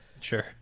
Sure